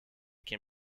can